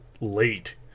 late